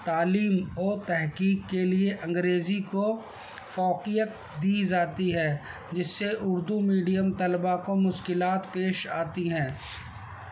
تعلیم اور تحقیق کے لیے انگریزی کو فوقیت دی جاتی ہے جس سے اردو میڈیم طلبا کو مشکلات پیش آتی ہیں